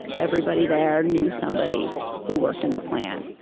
everybody there knew somebody who worked in the plant.